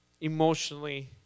emotionally